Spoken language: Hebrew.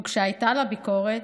וכשהייתה לה ביקורת,